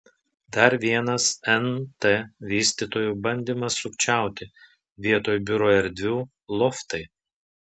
dar vienas nt vystytojų bandymas sukčiauti vietoj biuro erdvių loftai